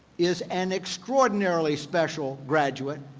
is an extraordinarily special graduate,